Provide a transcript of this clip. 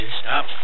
Stop